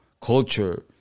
culture